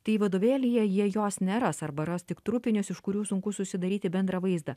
tai vadovėlyje jie jos neras arba ras tik trupinius iš kurių sunku susidaryti bendrą vaizdą